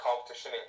competition